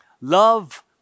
Love